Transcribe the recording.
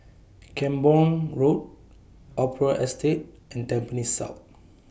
Camborne Road Opera Estate and Tampines South